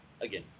again